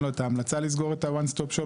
לו את ההמלצה לסגור את ה-"One Stop Shop",